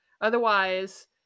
Otherwise